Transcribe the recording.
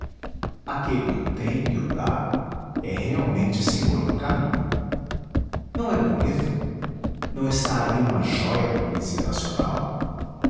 aquele que o tem e o dá é realmente senhor do caminho não é bonito não está aí uma jóia da poesia nacional